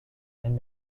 and